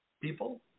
people